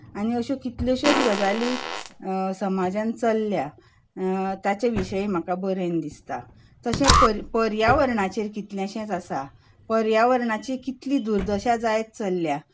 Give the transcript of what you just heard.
आनी अश्यो कितल्योश्योच गजाली समाजांत चलल्यात ताचे विशीं म्हाका बरयन दिसता तशें पर्यावरणाचेर कितलेशेंच आसा पर्यावरणाची कितली दुर्दशा जायत चलल्या